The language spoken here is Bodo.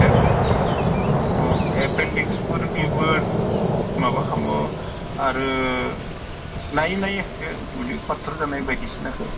अ एपेनदिक्सफोरनिबो माबा खालामो आरो नायो नायो बे उदैयाव फाथर जानाय बायदिसिना जानायखौ